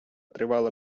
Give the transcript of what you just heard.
тривала